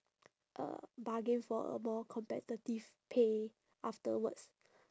uh bargain for a more competitive pay afterwards